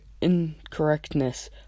incorrectness